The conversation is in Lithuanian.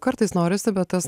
kartais norisi bet tas